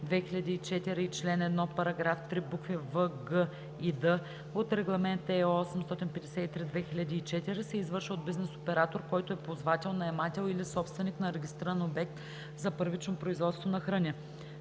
852/2004 и чл. 1, параграф 3, букви „в“, „г“ и „д“ от Регламент (ЕО) № 853/2004 се извършва от бизнес оператор, който е ползвател, наемател или собственик на регистриран обект за първично производство на храни.